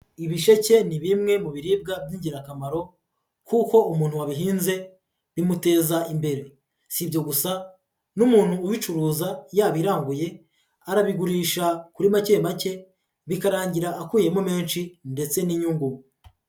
Ibisheke ni bimwe mu biribwa by'ingirakamaro kuko umuntu wabihinze, bimuteza imbere. Si ibyo gusa n'umuntu ubicuruza yabiranguye, arabigurisha kuri make make, bikarangira akuyemo menshi ndetse n'inyungu.